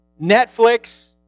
Netflix